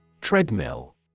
Treadmill